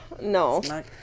No